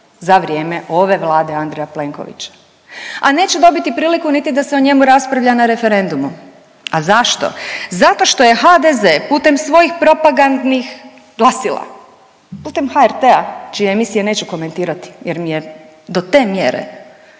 za vrijeme ove Vlade Andreja Plenkovića, a neće dobiti priliku niti da se o njemu raspravlja na referendumu. A zašto? Zato što je HDZ putem svojih propagandnih glasila, putem HRT-a čije emisije neću komentirati jer mi je do te mjere